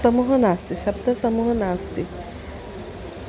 समूहः नास्ति शब्दसमूहः नास्ति